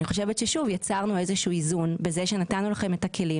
אני חושבת שיצרנו איזשהו איזון בזה שנתנו לכם את הכלים